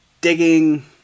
digging